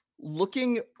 looking